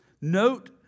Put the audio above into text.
Note